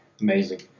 Amazing